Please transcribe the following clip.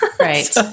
Right